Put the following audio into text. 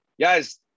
Guys